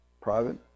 private